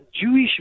Jewish